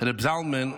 רב זלמן,